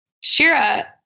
Shira